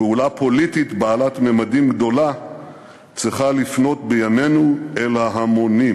פעולה פוליטית בעלת ממדים גדולה צריכה לפנות בימינו אל ההמונים.